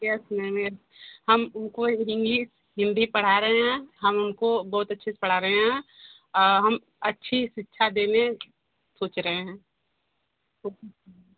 yes ma'am yes हम उनको English Hindi पढ़ा रहे हैं हम उनको बहुत अच्छे से पढ़ा रहे हैं हम अच्छी शिक्षा देने सोच रहे हैं कोशिश करेंगे